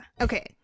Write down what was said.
Okay